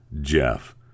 Jeff